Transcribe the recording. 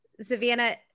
Savannah